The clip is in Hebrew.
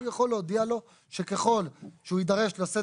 הוא יכול להודיע לו שככל שהוא יידרש לשאת